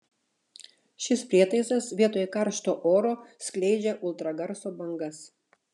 šis prietaisas vietoj karšto oro skleidžia ultragarso bangas